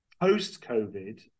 Post-COVID